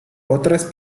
otras